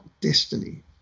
destiny